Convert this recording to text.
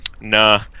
nah